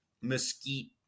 mesquite